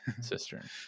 Cistern